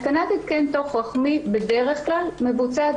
התקנת התקן תוך רחמי בדרך כלל מבוצעת